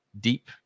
deep